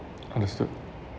understood